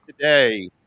today